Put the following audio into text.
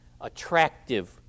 attractive